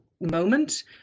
moment